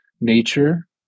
nature